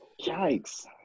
Yikes